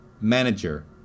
manager